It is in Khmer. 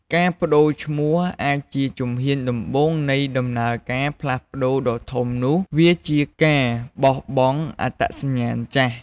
ការប្ដូរឈ្មោះអាចជាជំហានដំបូងនៃដំណើរផ្លាស់ប្ដូរដ៏ធំនោះ វាជាការបោះបង់អត្តសញ្ញាណចាស់។